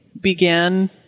began